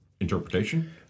Interpretation